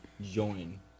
Join